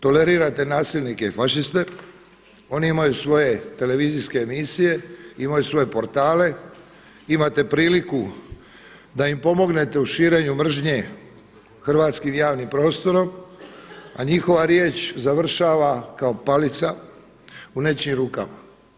Tolerirate nasilnike i fašiste, oni imaju svoje televizijske emisije, imaju svoje portale, imate priliku da im pomognete u širenju mržnje hrvatskim javnim prostorom, a njihova riječ završava kao palica u nečijim rukama.